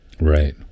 Right